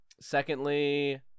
secondly